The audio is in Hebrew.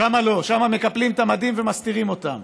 שם לא, שם מקפלים את המדים ומסתירים אותם.